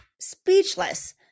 speechless